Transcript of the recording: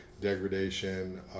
degradation